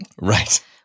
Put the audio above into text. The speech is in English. Right